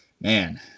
Man